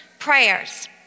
prayers